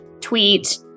tweet